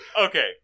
Okay